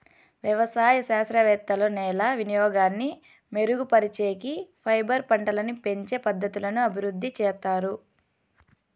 వ్యవసాయ శాస్త్రవేత్తలు నేల వినియోగాన్ని మెరుగుపరిచేకి, ఫైబర్ పంటలని పెంచే పద్ధతులను అభివృద్ధి చేత్తారు